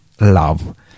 love